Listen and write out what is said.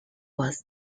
was